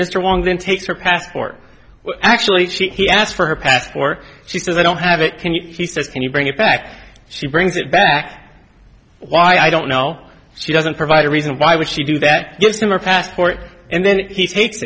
mr wong then takes her passport well actually she asked for her passport she says i don't have it can he says can you bring it back she brings it back why i don't know she doesn't provide a reason why would she do that gives him a passport and then he takes